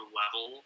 level